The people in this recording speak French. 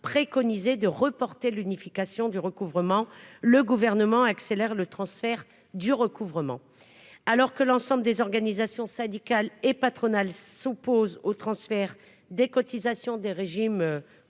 préconisait de reporter l'unification du recouvrement, le Gouvernement accélère la mise en oeuvre de son projet. Alors que l'ensemble des organisations syndicales et patronales s'opposent au transfert des cotisations des régimes